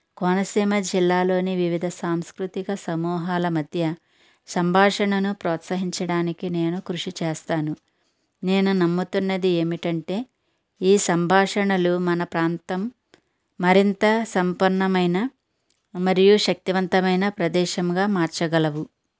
కోనసీమ జిల్లాలోని వివిధ సాంస్కృతిక సమూహాల మధ్య సంభాషణను ప్రోత్సహించడానికి నేను కృషి చేస్తాను నేను నమ్ముతున్నది ఏమిటంటే ఈ సంభాషణలు మన ప్రాంతం మరింత సంపూర్ణమైన మరియు శక్తివంతమైన ప్రదేశంగా మార్చగలవు